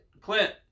Clint